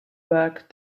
work